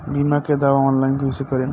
बीमा के दावा ऑनलाइन कैसे करेम?